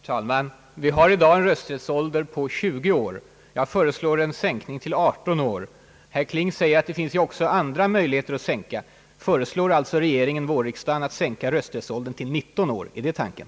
Herr talman! Vi har i dag en rösträttsålder på 20 år. Jag föreslår en sänkning till 18 år. Herr Kling säger att det också finns andra möjligheter att sänka. Kommer alltså regeringen att föreslå vårriksdagen en sänkning till 19 år? Är det tanken?